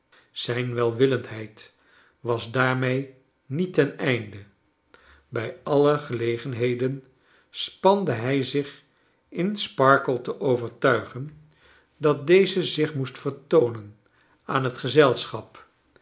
zijn welwillendheid was daarmee niet ten einde bij alle gelegenheden spande hij zich in sparkler te overtuigen dat deze zich moest vertoonen aan het gezelschap